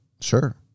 Sure